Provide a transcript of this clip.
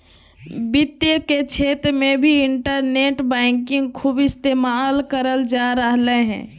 वित्त के क्षेत्र मे भी इन्टरनेट बैंकिंग खूब इस्तेमाल करल जा रहलय हें